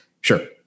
sure